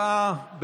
התשפ"א 2021,